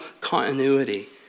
continuity